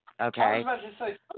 Okay